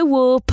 War